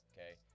Okay